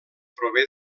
prové